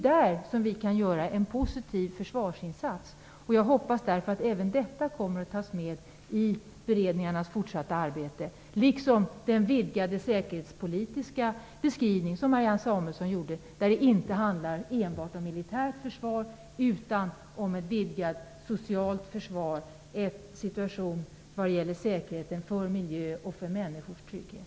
Jag hoppas därför att även detta kommer att tas med i det fortsatta arbetet i beredningarna, likaså den vidgade säkerhetspolitiska beskrivning som Marianne Samuelsson gjorde. Det handlar inte enbart om militärt försvar utan också om ett vidgat socialt försvar. Det handlar om en situation vad gäller säkerheten, miljön och människors trygghet.